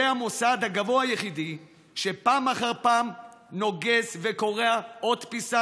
זה המוסד הגבוה היחידי שפעם אחר פעם נוגס וקורע עוד פיסה